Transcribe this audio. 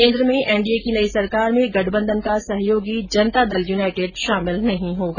केंद्र में N D A की नई सरकार में गठबंधन का सहयोगी जनता दल यूनाइटेड शामिल नहीं होगा